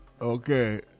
Okay